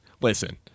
Listen